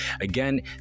Again